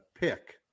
pick